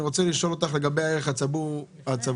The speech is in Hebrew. אני רוצה לשאול אותך לגבי הערך הצבור ברב-קו.